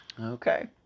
okay